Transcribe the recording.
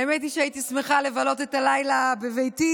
האמת היא שהייתי שמחה לבלות את הלילה בביתי,